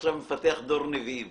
עכשיו מפתח דור נביאים.